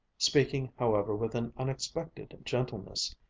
speaking however with an unexpected gentleness,